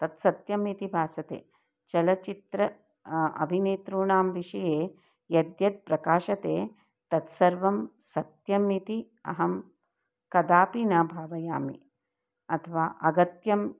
तत्सत्यम् इति भासते चलचित्रे अभिनेतॄणां विषये यद्यद् प्रकाशते तत्सर्वं सत्यम् इति अहं कदापि न भावयामि अथवा अगत्यम्